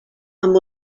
amb